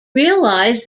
realize